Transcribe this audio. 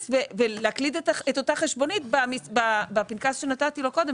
ולהקליד את אותה חשבונית בפנקס שנתתי לו קודם.